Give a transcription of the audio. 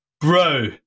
Bro